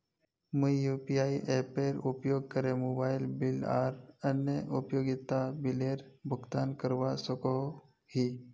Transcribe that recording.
मुई यू.पी.आई एपेर उपयोग करे मोबाइल बिल आर अन्य उपयोगिता बिलेर भुगतान करवा सको ही